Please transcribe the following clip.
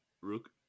rook